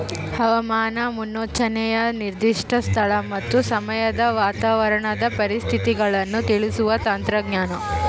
ಹವಾಮಾನ ಮುನ್ಸೂಚನೆಯು ನಿರ್ದಿಷ್ಟ ಸ್ಥಳ ಮತ್ತು ಸಮಯದ ವಾತಾವರಣದ ಪರಿಸ್ಥಿತಿಗಳನ್ನು ತಿಳಿಸುವ ತಂತ್ರಜ್ಞಾನ